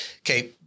Okay